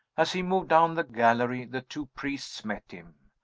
as he moved down the gallery, the two priests met him.